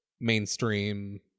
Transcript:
mainstream